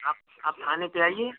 आप आप थाने पर आइए